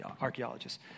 archaeologists